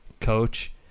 coach